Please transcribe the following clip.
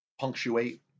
punctuate